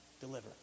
deliver